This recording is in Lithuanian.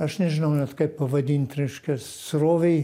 aš nežinau net kaip pavadint reiškia srovei